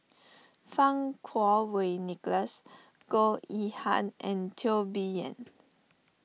Fang Kuo Wei Nicholas Goh Yihan and Teo Bee Yen